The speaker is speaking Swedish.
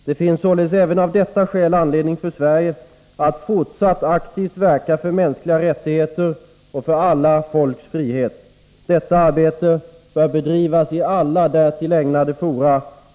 Det finns således även av detta skäl anledning för Sverige att fortsatt aktivt verka för mänskliga rättigheter och alla folks frihet. Detta arbete bör bedrivas i alla därtill ägnade fora.